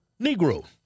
Negro